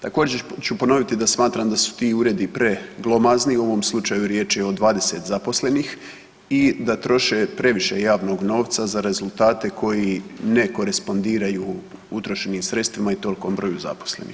Također ću ponoviti da smatram da su ti uredi preglomazni u ovom slučaju riječ je o 20 zaposlenih i da troše previše javnog novca za rezultate koji ne korespondiraju utrošenim sredstvima i tolikom broju zaposlenih.